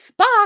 Spock